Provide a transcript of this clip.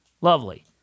Lovely